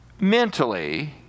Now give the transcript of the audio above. mentally